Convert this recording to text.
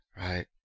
right